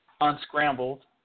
unscrambled